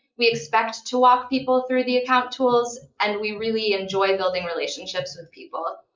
we expect to walk people through the account tools, and we really enjoy building relationships with people.